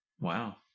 Wow